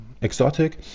exotic